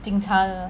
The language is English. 警察的